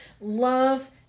Love